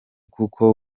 kuko